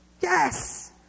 yes